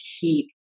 keep